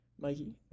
Mikey